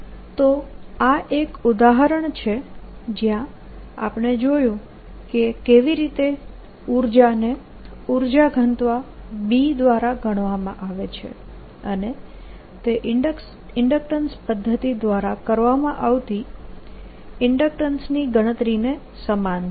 a n 0IIa0n2 તો આ એક ઉદાહરણ છે જ્યાં આપણે જોયું કે કેવી રીતે ઉર્જા ને ઉર્જા ઘનતા B દ્વારા ગણવામાં આવે છે અને તે ઇન્ડક્ટન્સ પદ્ધતિ દ્વારા કરવામાં આવતી ઇન્ડક્ટન્સની ગણતરી ને સમાન છે